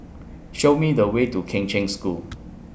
Show Me The Way to Kheng Cheng School